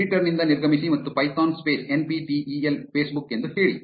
editor ನಿಂದ ನಿರ್ಗಮಿಸಿ ಮತ್ತು Python space N P T E L Facebook ಎಂದು ಹೇಳಿ